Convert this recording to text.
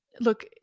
look